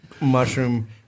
Mushroom